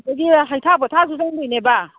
ꯑꯗꯒꯤ ꯍꯩꯊꯥ ꯄꯣꯊꯥꯁꯨ ꯆꯪꯗꯣꯏꯅꯦꯕ